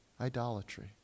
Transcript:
idolatry